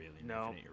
No